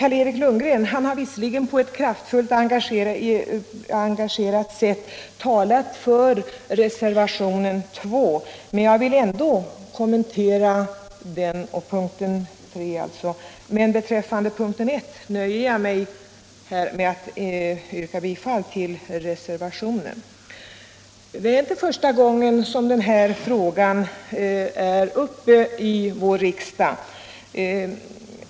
Carl-Eric Lundgren har visserligen här på ett kraftfullt och engagerat sätt talat för reservationen 2, men jag vill ändå kommentera den något. Det gäller punkten 3. Men när det gäller punkten 1 nöjer jag mig med att yrka bifall till reservationen. Det är inte första gången som frågan om ed och försäkran är uppe i riksdagen.